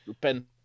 Ben